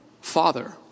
Father